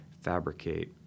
fabricate